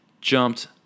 jumped